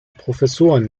professoren